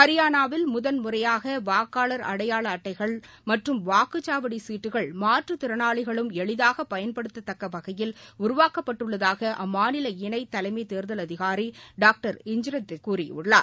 ஹரியானாவில் முதன் முறையாக வாக்காளர் அடையாள அட்டைகள் மற்றும் வாக்குச்சாவடி சீட்டுக்கள் மாற்றுத் திறனாளிகளும் எளிதாக பயன்படுத்தத் தக்க வகையில் உருவாக்கப்பட்டுள்ளதாக அம்மாநில இணை தலைமைத் தேர்தல் அதிகாரி டாக்டர் இந்திரஜித் கூறியுள்ளார்